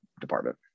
department